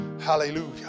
Hallelujah